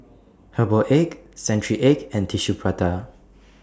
Herbal Egg Century Egg and Tissue Prata